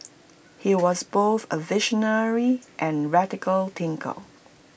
he was both A visionary and A radical thinker